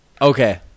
Okay